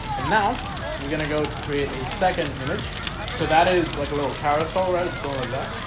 and now you're gonna go to create a second image so that is like a little carrodus all right, it's going like that.